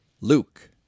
Luke